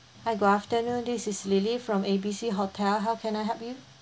hi good afternoon this is lily from A B C hotel how can I help you